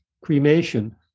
cremation